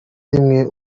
rimwe